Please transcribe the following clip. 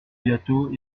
bientôt